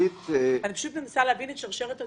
אני מנסה להבין את שרשרת הדיווח.